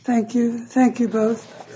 thank you thank you both